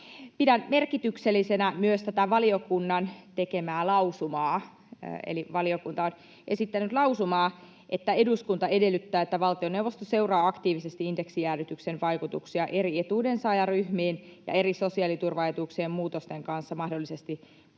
Pidän merkityksellisenä myös tätä valiokunnan tekemää lausumaa, eli valiokunta on esittänyt lausumaa: ”Eduskunta edellyttää, että valtioneuvosto seuraa aktiivisesti indeksijäädytyksen vaikutuksia eri etuudensaajaryhmiin ja eri sosiaaliturvaetuuksien muutosten kanssa mahdollisesti muodostuviin